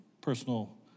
personal